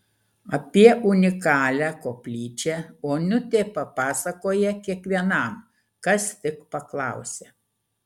apie unikalią koplyčią onutė papasakoja kiekvienam kas tik paklausia